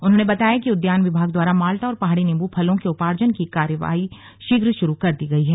उन्होंने बताया कि उद्यान विभाग द्वारा माल्टा और पहाड़ी नींबू फलों के उर्पाजन की कार्यवाही शीघ्र शुरू कर दी गई है